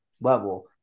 level